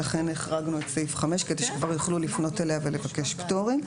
לכן החרגנו את סעיף 5 כדי שכבר יוכלו לפנות אליה ולבקש פטורים,